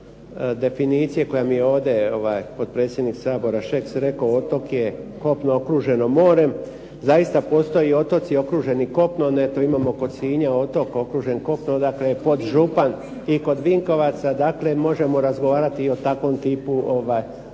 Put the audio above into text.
definicije koju mi je ovdje potpredsjednik Sabora Šeks rekao, otok je kopno okruženo morem. Zaista, postoje otoci okruženi kopnom. Eto imamo kod Sinja otokom okružen kopnom odakle je podžupan i kod Vinkovaca dakle možemo razgovarati o takvom tipu otoka.